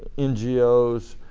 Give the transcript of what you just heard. ngos,